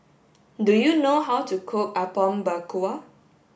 do you know how to cook Apom Berkuah